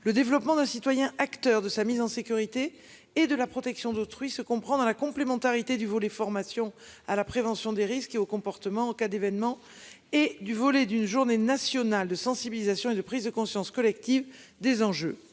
le développement d'un citoyen acteur de sa mise en sécurité et de la protection d'autrui se comprend dans la complémentarité du volet formation à la prévention des risques et au comportement en cas d'événement et du volet d'une journée nationale de sensibilisation et de prise de conscience collective des enjeux